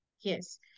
Yes